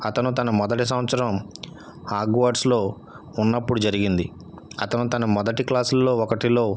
అతను తన మొదటి సంవత్సరం హాగ్వాడ్స్లో ఉన్నప్పుడు జరిగింది అతను తన మొదటి క్లాసుల్లో ఒకటిలో